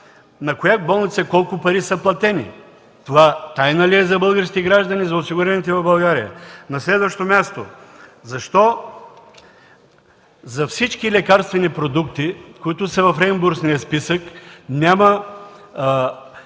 на коя болница колко пари са платени? Това тайна ли е за българските граждани, за осигурените в България? На следващо място, защо за всички лекарствени продукти, които са в реимбурсния списък,